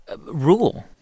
rule